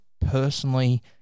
personally